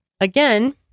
Again